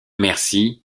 merci